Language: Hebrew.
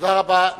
תודה רבה.